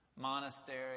monastery